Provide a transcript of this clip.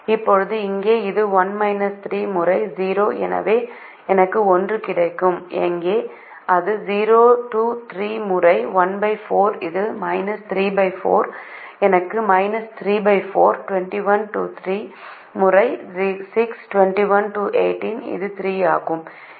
இப்போது இங்கே இது முறை 0 எனவே எனக்கு 1 கிடைக்கும் இங்கே அது முறை 14 இது 34 எனக்கு 34 முறை 6 இது 3 ஆகும்